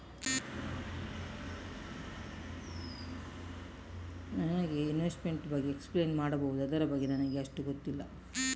ನನಗೆ ಇನ್ವೆಸ್ಟ್ಮೆಂಟ್ ಬಗ್ಗೆ ಎಕ್ಸ್ಪ್ಲೈನ್ ಮಾಡಬಹುದು, ಅದರ ಬಗ್ಗೆ ನನಗೆ ಅಷ್ಟು ಗೊತ್ತಿಲ್ಲ?